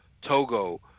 Togo